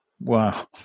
Wow